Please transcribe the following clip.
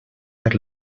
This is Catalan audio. per